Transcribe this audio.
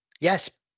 Yes